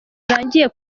urangiye